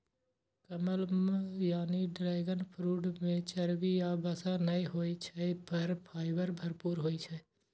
कमलम यानी dragon fruit मे चर्बी या वसा नै होइ छै, पर फाइबर भरपूर होइ छै